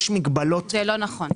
זה לא נכון.